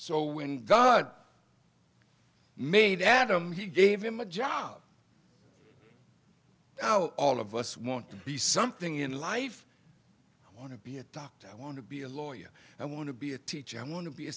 so when god made adam he gave him a job well all of us want to be something in life i want to be a doctor i want to be a lawyer i want to be a teacher i want to be a